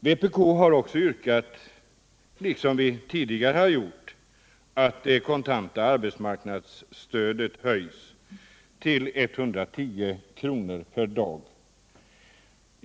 Vpk har också yrkat — liksom i tidigare sammanhang — att det kontanta arbetsmarknadsstödet höjs till 110 kr. per dag.